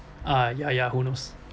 ah ya ya who knows